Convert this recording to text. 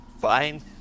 Fine